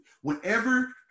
whenever